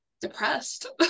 depressed